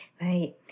Right